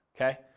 okay